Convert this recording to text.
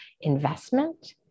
investment